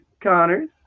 Connors